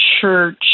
church